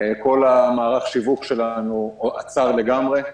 כל מערך השיווק שלנו עצר לגמרי.